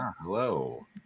hello